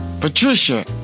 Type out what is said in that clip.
Patricia